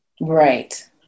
Right